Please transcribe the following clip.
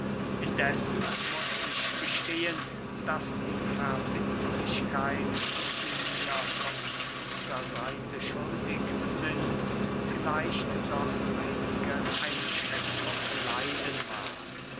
indessen muß ich gestehen daß die verbindlichkeit die sie mir von dieser seite schuldig sind vielleicht doch einige einschränkung leiden mag